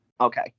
Okay